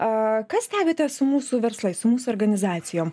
a ką stebite su mūsų verslais su mūsų organizacijom